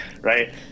right